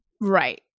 Right